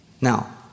Now